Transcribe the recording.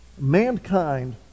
mankind